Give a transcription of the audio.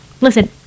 listen